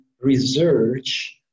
research